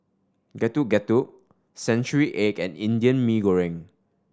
Getuk Getuk century egg and Indian Mee Goreng